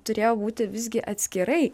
turėjo būti visgi atskirai